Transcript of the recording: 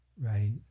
right